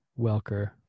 Welker